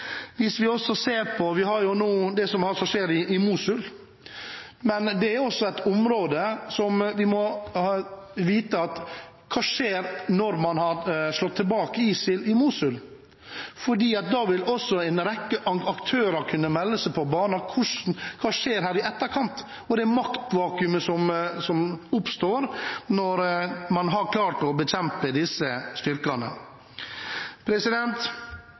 Hvis man ser på det som skjer i Mosul, må vi vite: Hva skjer når man har slått tilbake ISIL i Mosul? Da vil også en rekke aktører kunne melde seg på banen. Hva skjer i etterkant, i det maktvakuumet som oppstår når man har klart å bekjempe disse styrkene?